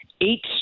eight